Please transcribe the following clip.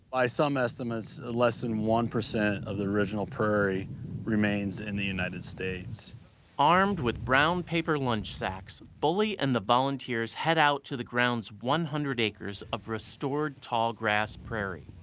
by some estimates, less than one percent of the original prairie remains in the united states. narrator armed with brown paper lunch sacks, bolli and the volunteers head out to the ground's one hundred acres of restored tallgrass prairie.